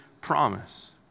promise